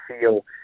feel